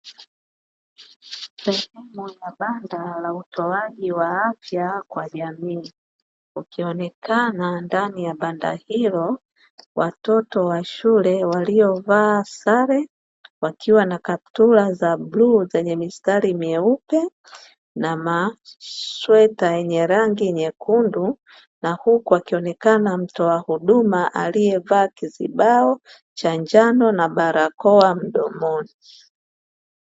Sehemu banda la utoaji wa afya kwa jamii ikionekana ndani ya banda hilo, watoto wa shule walio waa sale wakiwa wamevaa kaptula za bluu zenye mistari mweupe na masweta yenye rangi nyekundu, na huku akionekana mtoa huduma aliyevaa kizibao cha njano na barakoa mdomoni.